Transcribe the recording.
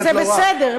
זה בסדר.